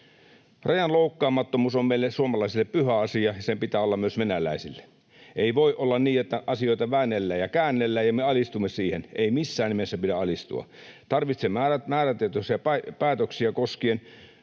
Rajan loukkaamattomuus on meille suomalaisille pyhä asia, ja sen pitää olla myös venäläisille. Ei voi olla niin, että asioita väännellään ja käännellään ja me alistumme siihen. Ei missään nimessä pidä alistua. Tarvitsemme määrätietoisia päätöksiä vielä